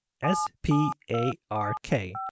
S-P-A-R-K